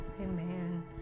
Amen